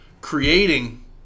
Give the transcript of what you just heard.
creating